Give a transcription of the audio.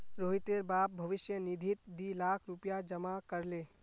रोहितेर बाप भविष्य निधित दी लाख रुपया जमा कर ले